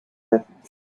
methods